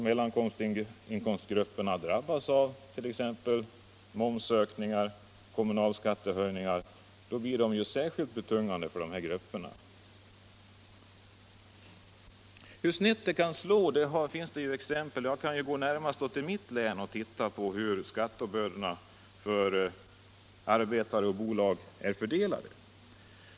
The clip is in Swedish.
Momsökningar och kommunalskattehöjningar blir särskilt betungande för lågoch mellaninkomstgrupperna. Det finns exempel på hur snett det kan slå. Man kan exempelvis se hur skattebördorna är fördelade mellan arbetare och bolag i mitt län.